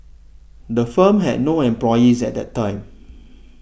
the firm had no employees at that time